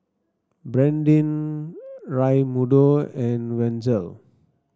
Brandin Raymundo and Wenzel